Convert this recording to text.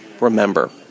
remember